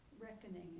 reckoning